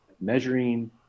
measuring